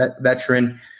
veteran